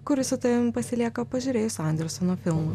kuris su tavim pasilieka pažiūrėjus anderseno filmą